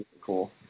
cool